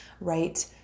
right